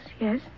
yes